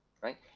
Right